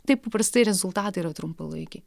taip paprastai rezultatai yra trumpalaikiai